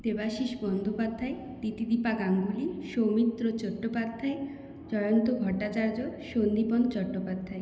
Debashish Bandyopadhyay Tithidipa Ganguly Soumitra Chattopadhyay Jayanta Bhattacharya Sandipan Chattopadhyay